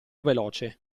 veloce